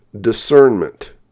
Discernment